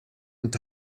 und